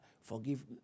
Forgive